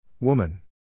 Woman